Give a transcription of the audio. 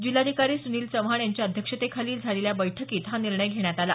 जिल्हाधिकारी सुनिल चव्हाण यांच्या अध्यक्षतेखाली झालेल्या बैठकीत हा निर्णय घेण्यात आला